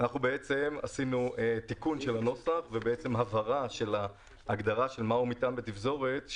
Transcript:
עשינו תיקון של הנוסח והבהרה של ההגדרה מהו מטען בתפזורת,